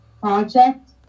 project